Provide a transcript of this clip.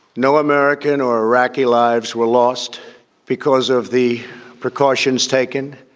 no american or iraqi lives were lost because of the precautions taken.